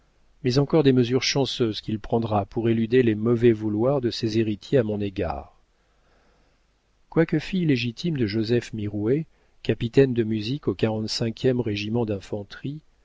mais encore des mesures chanceuses qu'il prendra pour éluder les mauvais vouloirs de ses héritiers à mon égard quoique fille légitime de joseph mirouët capitaine de musique au régiment